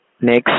next